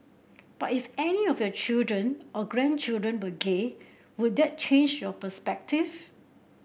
but if any of your children or grandchildren were gay would that change your perspective